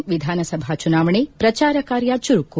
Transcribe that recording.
ಜಾರ್ಖಂಡ್ ವಿಧಾನಸಭಾ ಚುನಾವಣೆ ಪ್ರಚಾರ ಕಾರ್ಯ ಚುರುಕು